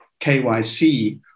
KYC